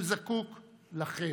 הוא זקוק לכם.